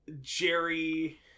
jerry